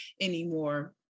anymore